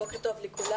בוקר טוב לכולם.